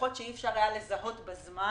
לפחות שאי אפשר היה לזהות בזמן,